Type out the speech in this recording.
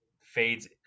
fades